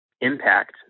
impact